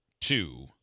two